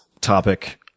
topic